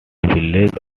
village